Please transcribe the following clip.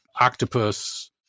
octopus